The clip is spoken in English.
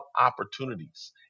opportunities